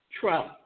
Trump